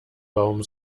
baum